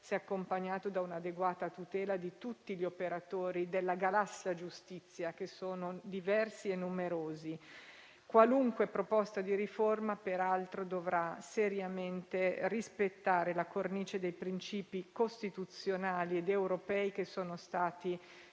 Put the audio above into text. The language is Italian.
se accompagnato da un'adeguata tutela di tutti gli operatori della galassia giustizia, che sono diversi e numerosi. Qualunque proposta di riforma, peraltro, dovrà seriamente rispettare la cornice dei principi costituzionali ed europei che sono stati